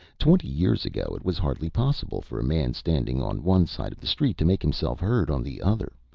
twenty years ago it was hardly possible for a man standing on one side of the street to make himself heard on the other,